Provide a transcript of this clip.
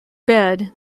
bed